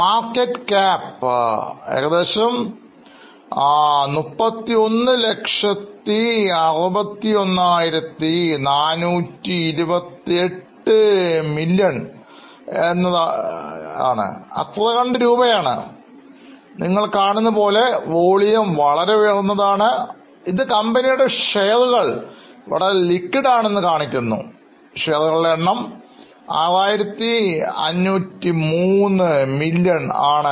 market cap 3161428 Million രൂപയാണ് നിങ്ങൾ കാണുന്നത് പോലെ വോളിയം വളരെ ഉയർന്നതാണ് ഇത് കമ്പനിയുടെ ഷെയറുകൾ വളരെ ലിക്വിഡ് ആണെന്ന് കാണിക്കുന്നു ഷെയറുകളുടെ എണ്ണം 6503 ദശലക്ഷം ആണ്